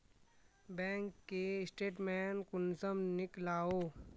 Bank के statement कुंसम नीकलावो?